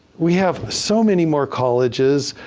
we have so many more colleges.